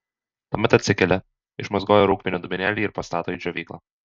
tuomet atsikelia išmazgoja rūgpienio dubenėlį ir pastato į džiovyklą